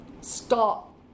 stop